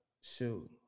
shoot